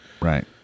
Right